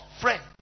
friend